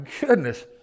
goodness